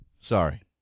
Sorry